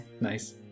Nice